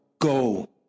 go